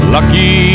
Lucky